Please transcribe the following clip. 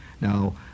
now